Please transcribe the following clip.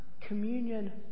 communion